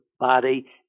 body